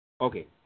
Okay